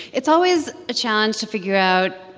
it's always a challenge to figure out,